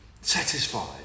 satisfied